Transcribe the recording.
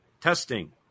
Testing